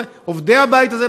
שעובדים בבית הזה,